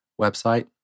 website